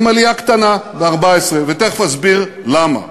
עם עלייה קטנה ב-14', ותכף אסביר למה.